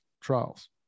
trials